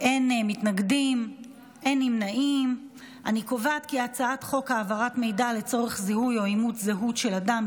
ההצעה להעביר את הצעת חוק העברת מידע לצורך זיהוי או אימות זהות של אדם,